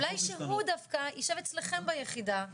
אולי שהוא דווקא , יישב אצלכם ביחידה.